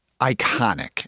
iconic